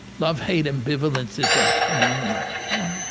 love hate ambivalence is a phenomenon right. i